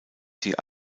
sie